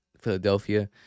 Philadelphia